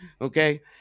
Okay